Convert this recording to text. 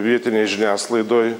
vietinėj žiniasklaidoj